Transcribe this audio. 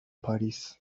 پاریس